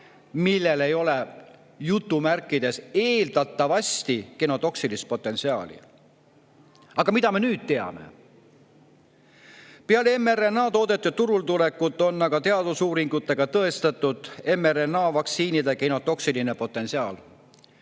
millel ei ole "eeldatavasti" genotoksilist potentsiaali. Aga mida me nüüd teame? Peale mRNA‑toodete turule tulekut on teadusuuringutega tõestatud mRNA‑vaktsiinide genotoksiline potentsiaal.